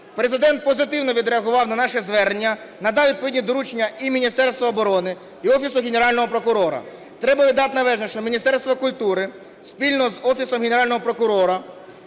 Президент позитивно відреагував на наше звернення, надав відповідні доручення і Міністерству оборони, і Офісу Генерального прокурора. Треба віддати належне, що Міністерство культури спільно з Офісом Генерального прокурора